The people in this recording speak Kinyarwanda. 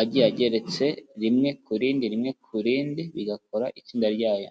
agiye ageretse rimwe ku rindi, rimwe kuri rindi, bigakora itsinda ryayo.